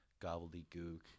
gobbledygook